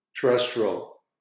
terrestrial